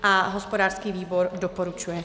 A hospodářský výbor doporučuje.